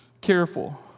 careful